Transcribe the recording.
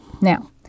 Now